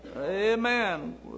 Amen